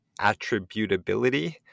attributability